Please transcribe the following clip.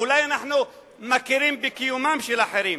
אולי אנחנו מכירים בקיומם של אחרים,